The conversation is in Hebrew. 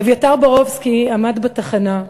אביתר בורובסקי עמד בתחנה,